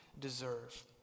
deserve